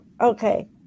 Okay